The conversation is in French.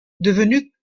devenu